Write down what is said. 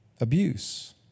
abuse